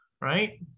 right